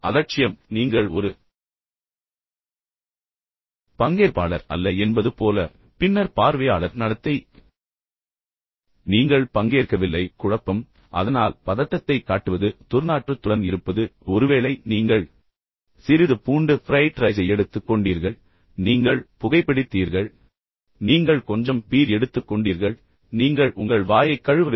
அலட்சியம் எனவே நீங்கள் ஒரு பங்கேற்பாளர் அல்ல என்பது போல பின்னர் பார்வையாளர் நடத்தை நீங்கள் உட்கார்ந்து மற்றவர்கள் என்ன செய்கிறார்கள் என்பதைப் பார்க்கிறீர்கள் நீங்கள் பங்கேற்கவில்லை குழப்பம் அதனால் பதட்டத்தைக் காட்டுவது துர்நாற்றத்துடன் இருப்பது ஒருவேளை நீங்கள் சிறிது பூண்டு ஃபிரைட் ரைஸை எடுத்துக் கொண்டீர்கள் நீங்கள் உங்கள் வாயைக் கழுவவில்லை நீங்கள் புகைபிடித்தீர்கள் நீங்கள் உங்கள் வாயைக் கழுவவில்லை நீங்கள் கொஞ்சம் பீர் எடுத்துக் கொண்டீர்கள் நீங்கள் உங்கள் வாயைக் கழுவவில்லை